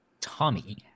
Tommy